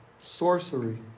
sorcery